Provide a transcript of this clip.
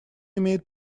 имеет